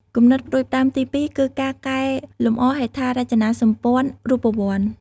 គំនិតផ្តួចផ្តើមទីពីរគឺការកែលម្អហេដ្ឋារចនាសម្ព័ន្ធរូបវន្ត។